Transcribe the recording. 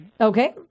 Okay